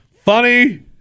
Funny